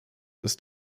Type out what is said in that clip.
ist